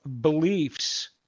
beliefs